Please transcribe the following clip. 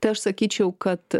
tai aš sakyčiau kad